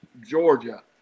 Georgia